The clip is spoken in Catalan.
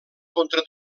contra